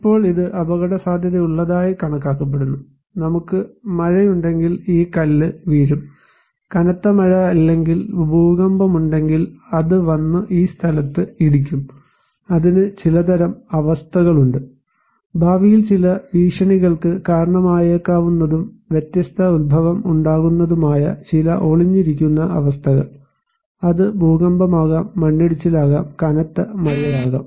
ഇപ്പോൾ ഇത് അപകടസാധ്യതയുള്ളതായി കണക്കാക്കപ്പെടുന്നു നമുക്ക് മഴയുണ്ടെങ്കിൽ ഈ കല്ല് വീഴും കനത്ത മഴ അല്ലെങ്കിൽ ഭൂകമ്പമുണ്ടെങ്കിൽ അത് വന്ന് ഈ സ്ഥലത്ത് ഇടിക്കും അതിന് ചിലതരം അവസ്ഥകളുണ്ട് ഭാവിയിൽ ചില ഭീഷണികൾക്ക് കാരണമായേക്കാവുന്നതും വ്യത്യസ്ത ഉത്ഭവം ഉണ്ടാകുന്നതുമായ ചില ഒളിഞ്ഞിരിക്കുന്ന അവസ്ഥകൾ അത് ഭൂകമ്പമാകാം മണ്ണിടിച്ചിലാകാം കനത്ത മഴയാകാം